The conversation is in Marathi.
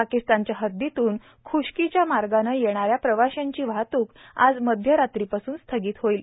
पाकिस्तानच्या हद्दीतून ख्ष्कीच्या मार्गाने येणाऱ्या प्रवाशांची वाहत्रकही आज मध्यरात्रीपासून स्थगित होईल